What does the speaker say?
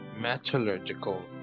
metallurgical